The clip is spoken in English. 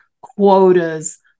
quotas